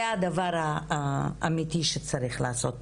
זה הדבר האמתי שצריך לעשות.